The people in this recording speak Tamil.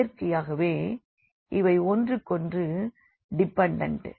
இயற்கையாகவே இவை ஒன்றுக்கொன்று டிபண்டண்ட்